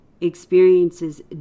experiences